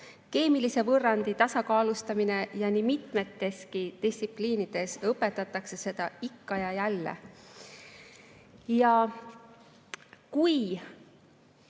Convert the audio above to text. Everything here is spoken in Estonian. keemilise võrrandi tasakaalustamine ja nii mitmeski distsipliinis õpetatakse seda ikka ja jälle. Kui